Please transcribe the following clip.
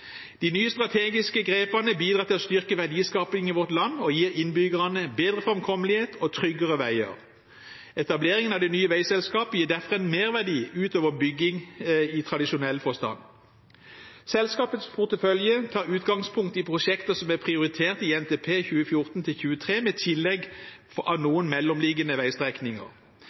De nye strategiske grepene bidrar til å styrke verdiskaping i vårt land og gir innbyggerne bedre framkommelighet og tryggere veier. Etableringen av det nye veiselskapet gir derfor en merverdi utover bygging i tradisjonell forstand. Selskapets portefølje tar utgangspunkt i prosjekter som ble prioritert i NTP 2014–2023, med tillegg av